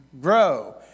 grow